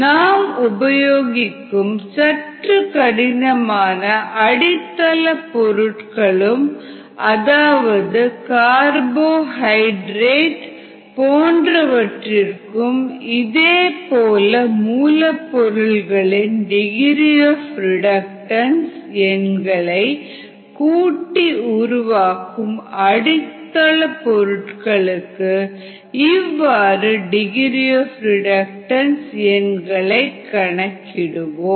நாம் உபயோகிக்கும் சற்று கடினமான அடித்தள பொருட்களும் அதாவது கார்போஹைட்ரேட் போன்றவற்றிற்கும் இதேபோல மூலப் பொருள்களின் டிகிரி ஆப் ரிடக்டன்ஸ் எண்களை கூட்டி உருவாகும் அடித்தள பொருட்களுக்கு இவ்வாறு டிகிரி ஆப் ரிடக்டன்ஸ் எண்களைகணக்கிடுவோம்